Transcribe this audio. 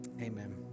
Amen